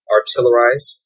Artillerize